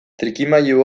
trikimailu